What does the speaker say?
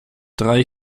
drei